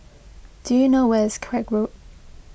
do you know where is Craig Road